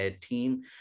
team